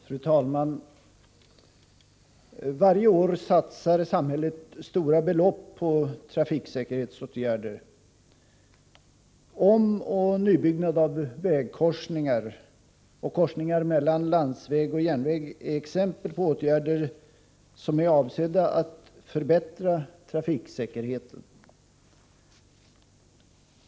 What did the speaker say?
Fru talman! Varje år satsar samhället stora belopp på trafiksäkerhetsåtgärder. Omoch nybyggnad av vägkorsningar och korsningar mellan landsväg och järnväg är exempel på åtgärder som är avsedda att förbättra trafiksäkerheten.